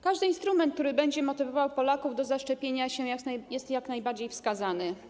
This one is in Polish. Każdy instrument, który będzie motywował Polaków do zaszczepienia się, jest jak najbardziej wskazany.